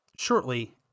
shortly